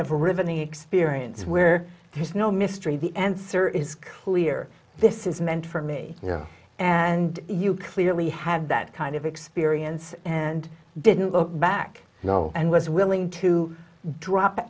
riven experience where there's no mystery the answer is clear this is meant for me and you clearly had that kind of experience and didn't look back and was willing to drop